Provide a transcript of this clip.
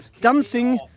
dancing